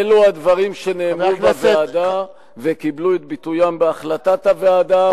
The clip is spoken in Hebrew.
אלו הדברים שנאמרו בוועדה וקיבלו את ביטוים בהחלטת הוועדה,